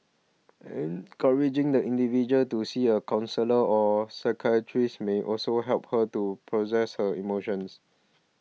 encouraging the individual to see a counsellor or psychiatrist may also help her to process her emotions